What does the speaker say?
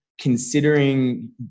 considering